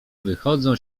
wychodzą